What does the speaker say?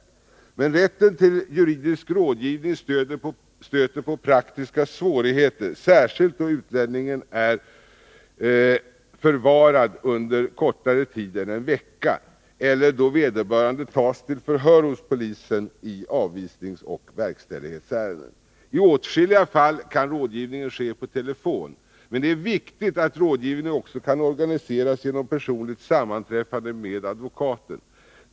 Men när det gäller rätten till juridisk rådgivning stöter man på praktiska svårigheter, särskilt då utlänningen förvaras under kortare tid än en vecka eller då vederbörande tas till förhör hos polisen i avvisningsoch verkställighetsärenden. I åtskilliga fall kan rådgivningen ske per telefon. Men det är viktigt att rådgivningen också kan organiseras genom personligt sammanträffande med advokaten.